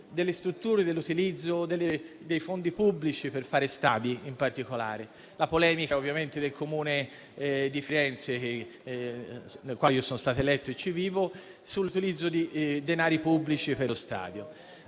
parlato molto dell'utilizzo dei fondi pubblici per fare stadi: penso alla polemica del Comune di Firenze, nel quale io sono stato eletto e dove vivo, sull'utilizzo di denari pubblici per lo stadio.